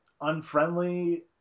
unfriendly